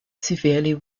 severely